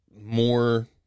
more